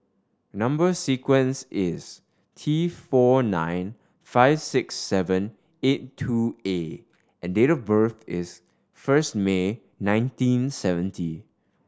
number sequence is T four nine five six seven eight two A and date of birth is first May nineteen seventy